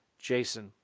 jason